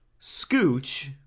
Scooch